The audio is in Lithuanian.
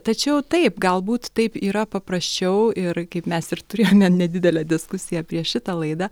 tačiau taip galbūt taip yra paprasčiau ir kaip mes ir turėjo ne nedidelę diskusiją prieš šitą laidą